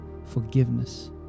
forgiveness